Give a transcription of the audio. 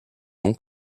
nom